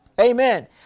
Amen